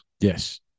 Yes